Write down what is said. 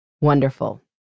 wonderful